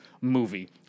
movie